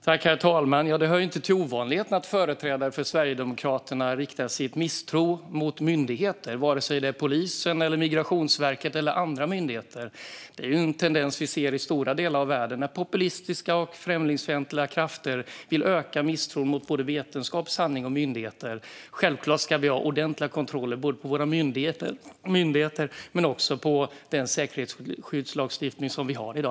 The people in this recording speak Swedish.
Herr talman! Det hör inte till ovanligheterna att företrädare för Sverigedemokraterna riktar sin misstro mot myndigheter, vare sig det är polisen, Migrationsverket eller andra myndigheter. Den här tendensen ser vi i stora delar av världen när populistiska och främlingsfientliga krafter vill öka misstron mot vetenskap, sanning och myndigheter. Givetvis ska vi ha ordentliga kontroller. Det gäller både våra myndigheter och den säkerhetsskyddslagstiftning vi har i dag.